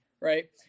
right